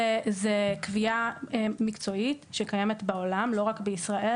זו קביעה מקצועית שקיימת בעולם, לא רק בישראל.